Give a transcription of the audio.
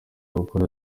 gukora